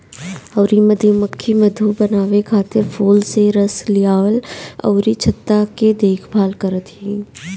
अउरी मधुमक्खी मधु बनावे खातिर फूल से रस लियावल अउरी छत्ता के देखभाल करत हई